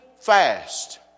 fast